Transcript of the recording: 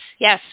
yes